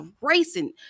racing